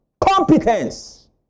Competence